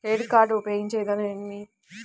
Credit card ఉపయోగించే విధానం ఏమి?